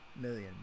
million